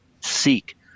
seek